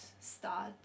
start